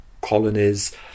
colonies